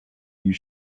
you